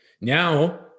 Now